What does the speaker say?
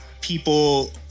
people